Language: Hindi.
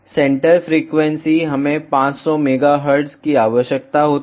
सेंटर फ्रीक्वेंसी हमें 500 MHz की आवश्यकता होती है